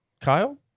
Kyle